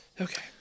Okay